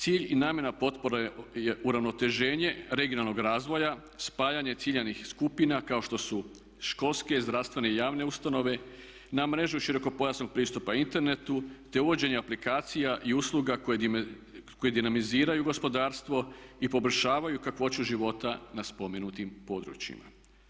Cilj i namjera potpore je uravnoteženje regionalnog razvoja, spajanje ciljanih skupina kao što su školske, zdravstvene i javne ustanove, na mreži širokopojasnog pristupa internetu te uvođenje aplikacija i usluga koje dinamiziraju gospodarstvo i poboljšavaju kakvoću života na spomenutim područjima.